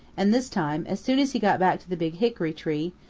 and this time as soon as he got back to the big hickory-tree,